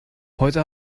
heute